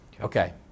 Okay